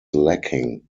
lacking